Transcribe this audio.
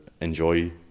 enjoy